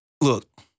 Look